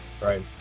right